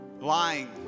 lying